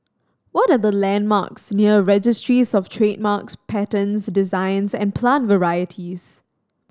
what are the landmarks near Registries Of Trademarks Patents Designs and Plant Varieties